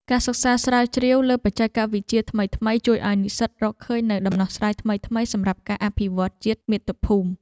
ការសិក្សាស្រាវជ្រាវលើបច្ចេកវិទ្យាថ្មីៗជួយឱ្យនិស្សិតរកឃើញនូវដំណោះស្រាយថ្មីៗសម្រាប់ការអភិវឌ្ឍជាតិមាតុភូមិ។